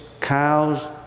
cows